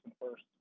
first